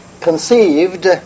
conceived